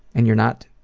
and you're not